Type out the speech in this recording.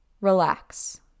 Relax